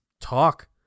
talk